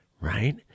right